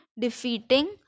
defeating